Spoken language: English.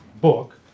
book